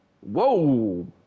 Whoa